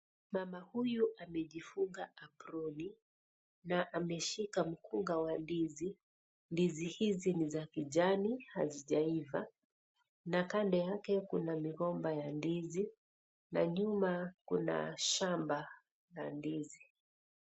Mama huyu amejifunga aproni na ameshika mkunga wa ndizi. Ndizi hizi ni za kijani, hazijaiva na kando yake kuna migomba ya ndizi na nyuma kuna shamba ya ndizi.